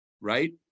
right